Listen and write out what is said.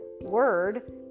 word